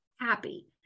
happy